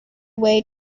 way